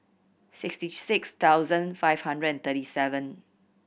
sixty six thousand five hundred and thirty seven